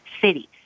cities